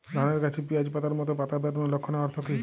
ধানের গাছে পিয়াজ পাতার মতো পাতা বেরোনোর লক্ষণের অর্থ কী?